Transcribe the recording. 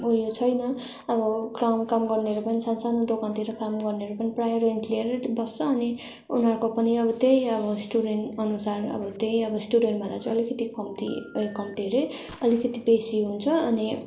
उयो छैन अब क्राउन काम गर्ने पनि सान्सानो दोकानतिर काम गर्नेहरू पनि प्रायः रेन्ट लिएरै बस्छ अनि उनीहरूको पनि अब त्यही अब स्टुडेन्ट अनुसार अब त्यही अब स्टुडेन्ट भन्दा चाहिँ अलिकति कम्ती कम्ती हरे अलिकति बेसी हुन्छ अनि